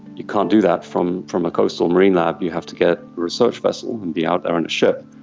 you can't do that from from a coastal marine lab, you have to get research vessel and be out there in a ship,